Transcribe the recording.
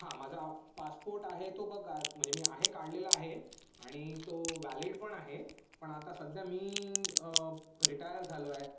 हां माझा पासपोर्ट आहे तो बघा म्हणजे मी आहे काढलेला आहे आणि तो वॅलिडपण आहे पण आता सध्या मी रिटायर झालोय